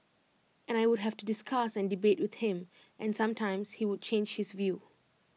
and I would have to discuss and debate with him and sometimes he would change his view